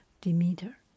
Demeter